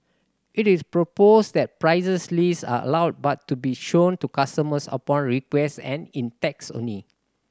it is proposed that prices list are allowed but to be shown to customers upon request and in text only